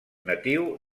natiu